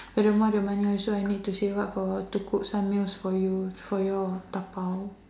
furthermore the money also I need to save up to cook some meals for you for your dabao